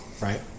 right